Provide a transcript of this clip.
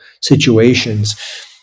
situations